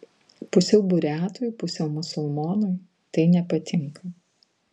pusiau buriatui pusiau musulmonui tai nepatinka